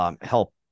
help